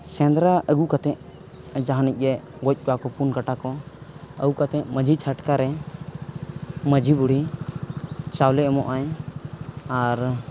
ᱥᱮᱸᱫᱽᱨᱟ ᱟᱹᱜᱩ ᱠᱟᱛᱮᱫ ᱡᱟᱦᱟᱱᱤᱡ ᱜᱮ ᱜᱚᱡ ᱠᱚᱣᱟ ᱠᱚ ᱯᱩᱱ ᱠᱟᱴᱟᱠᱚ ᱟᱹᱜᱩ ᱠᱟᱛᱮᱫ ᱢᱟᱺᱡᱷᱤ ᱪᱷᱟᱴᱠᱟᱨᱮ ᱢᱟᱺᱡᱷᱤ ᱵᱩᱲᱦᱤ ᱪᱟᱣᱞᱮ ᱮᱢᱚᱜ ᱟᱭ ᱟᱨ